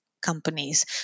companies